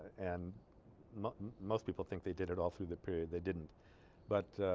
and most people think they did it all through that period they didn't but